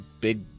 big